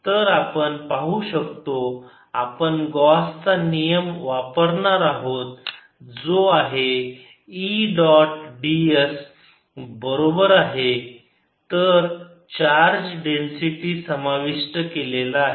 तर आपण पाहू शकतो आपण गॉस चा नियम वापरणार आहोत जो आहे E डॉट ds बरोबर आहे तर चार्ज समाविष्ट केलेला आहे